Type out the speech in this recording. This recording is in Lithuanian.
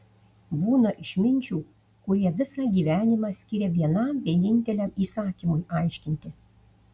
būna išminčių kurie visą gyvenimą skiria vienam vieninteliam įsakymui aiškinti